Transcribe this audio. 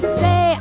say